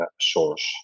source